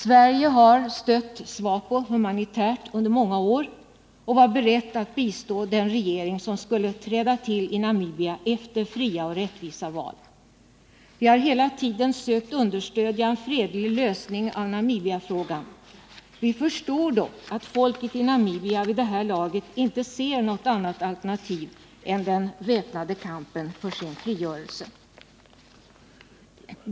Sverige har stött SWAPO humanitärt under många år och var berett att bistå den regering som skulle träda till i Namibia efter fria och rättvisa val. Vi har hela tiden sökt understödja en fredlig lösning av Namibiafrågan. Vi förstår dock att folket i Namibia vid det här laget inte ser något annat alternativ än den väpnade kampen för sin frigörelse.